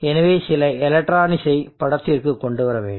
எனவே சில எலக்ட்ரானிக்ஸ்சை படத்திற்கு கொண்டு வர வேண்டும்